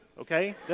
okay